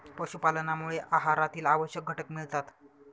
पशुपालनामुळे आहारातील आवश्यक घटक मिळतात